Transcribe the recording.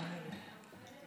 למען האמת,